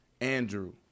Andrew